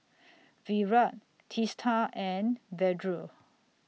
Virat Teesta and Vedre